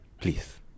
Please